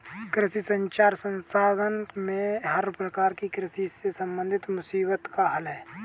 कृषि संचार संस्थान में हर प्रकार की कृषि से संबंधित मुसीबत का हल है